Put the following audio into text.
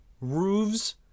roofs